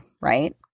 right